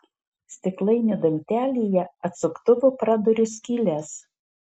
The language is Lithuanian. stiklainio dangtelyje atsuktuvu praduriu skyles